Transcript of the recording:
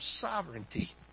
sovereignty